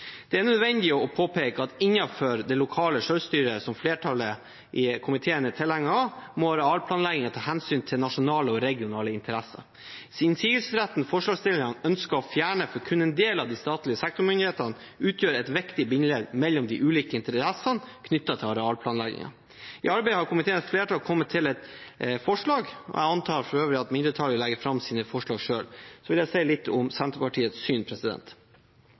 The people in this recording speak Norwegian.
Det er nødvendig å påpeke at innenfor det lokale selvstyret som flertallet i komiteen er tilhenger av, må arealplanleggingen ta hensyn til nasjonale og regionale interesser. Innsigelsesretten forslagsstillerne ønsker å fjerne for kun en del av de statlige sektormyndighetene, utgjør et viktig bindeledd mellom de ulike interessene knyttet til arealplanleggingen. I arbeidet har komiteens flertall kommet fram til et forslag. Jeg antar for øvrig at mindretallet legger fram sine forslag selv. Jeg vil si litt om Senterpartiets syn.